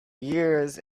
years